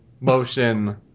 motion